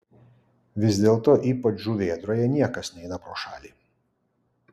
vis dėlto ypač žuvėdroje niekas neina pro šalį